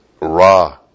Ra